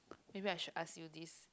maybe I should ask you this